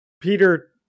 Peter